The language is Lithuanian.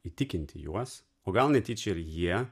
įtikinti juos o gal netyčia ir jie